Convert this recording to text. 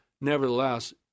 nevertheless